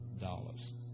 dollars